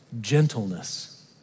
gentleness